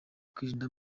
kwirinda